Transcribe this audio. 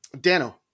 dano